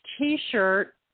T-shirt